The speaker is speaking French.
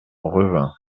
revin